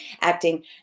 acting